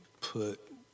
put